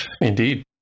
indeed